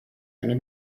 eine